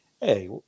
Hey